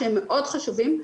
שהם מאוד חשובים,